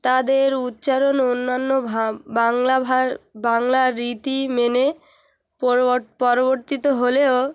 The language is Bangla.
তাদের উচ্চারণ অন্যান্য ভা বাংলা ভা বাংলা রীতি মেনে পরিবর্তিত হলেও